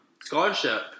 scholarship